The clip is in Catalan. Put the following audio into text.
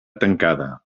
tancada